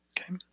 Okay